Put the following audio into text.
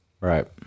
Right